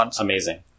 amazing